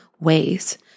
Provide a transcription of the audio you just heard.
ways